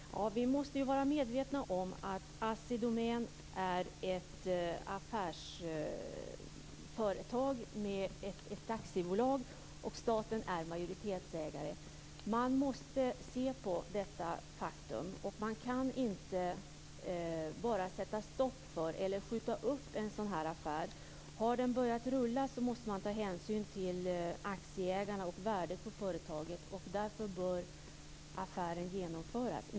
Fru talman! Vi måste vara medvetna om att Assi Domän är ett affärsföretag, ett aktiebolag, och att staten är majoritetsägare. Man måste se på detta faktum. Man kan inte bara sätta stopp för eller skjuta upp en sådan här affär. Har den börjat rulla måste man ta hänsyn till aktieägarna och värdet på företaget. Och därför bör affären genomföras.